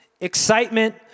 excitement